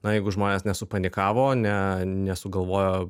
na jeigu žmonės nesupanikavo ne nesugalvojo